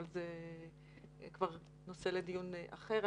אבל זה כבר נושא לדיון אחר.